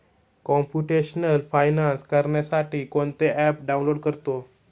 computational finance करण्यासाठी कोणते app download करतो